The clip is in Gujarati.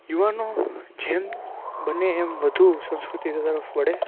યુવાનો જેમ બને એમ વધુ સંસ્કૃતિ તરફ વળે